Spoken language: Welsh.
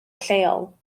lleol